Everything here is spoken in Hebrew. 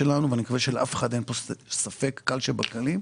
אין ספק שהמפקח על הבנקים,